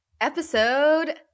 episode